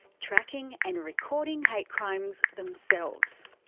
tracking and recording hate crimes themselves.